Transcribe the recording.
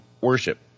worship